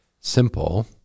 simple